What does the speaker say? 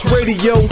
Radio